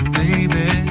baby